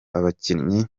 abakinnyi